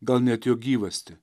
gal net jo gyvastį